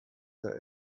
der